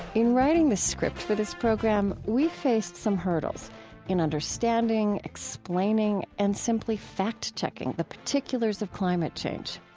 in writing the script for this program, we faced some hurdles in understanding, explaining, and simply fact-checking the particulars of climate change.